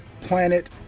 planet